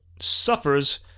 suffers